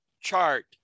chart